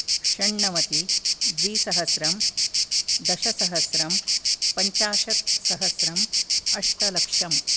षण्णवतिः द्विसहस्त्रम् दशसहस्त्रम् पञ्चाशत्सहस्रम् अष्टलक्षम्